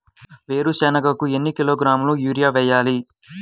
వేరుశనగకు ఎన్ని కిలోగ్రాముల యూరియా వేయాలి?